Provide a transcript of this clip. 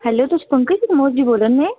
hello तुस पकंज कुमार जी बोल्ला ने